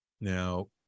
now